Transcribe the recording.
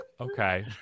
Okay